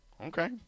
Okay